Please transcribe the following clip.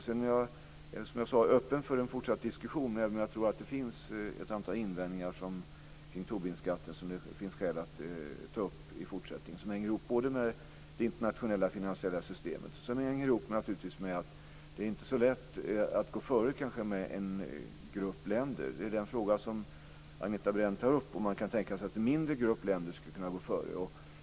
Som jag sagt är jag öppen för en fortsatt diskussion, även om jag tror att det finns ett antal invändningar kring Tobinskatten som det finns skäl att ta upp i fortsättningen och som hänger ihop både med det internationella finansiella systemet och, naturligtvis, med att det inte är så lätt att kanske gå före med en grupp länder. Agneta Brendt tar upp frågan om det kan tänkas att en mindre grupp länder skulle kunna gå före.